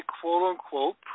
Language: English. quote-unquote